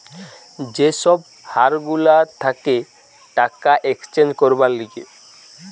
যে সব হার গুলা থাকে টাকা এক্সচেঞ্জ করবার লিগে